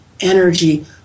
energy